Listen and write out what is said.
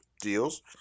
deals